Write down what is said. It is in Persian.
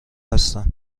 هستن